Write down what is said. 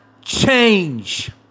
change